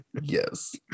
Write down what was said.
Yes